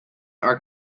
are